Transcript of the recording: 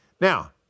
Now